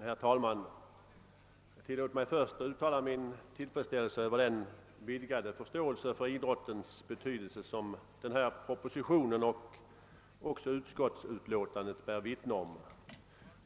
Herr talman! Tillåt mig först uttala min tillfredsställelse över den vidgade förståelse för idrottens betydelse som propositionen och = utskottsutlåtandet bär vittne om.